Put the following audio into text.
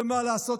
ומה לעשות,